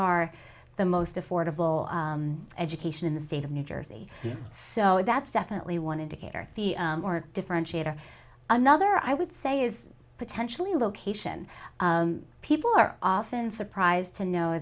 are the most affordable education in the state of new jersey so that's definitely one indicator the differentiator another i would say is potentially location people are often surprised to know